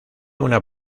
una